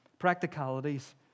Practicalities